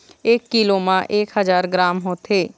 एक कीलो म एक हजार ग्राम होथे